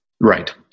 Right